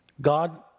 God